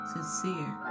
Sincere